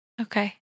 Okay